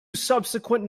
subsequent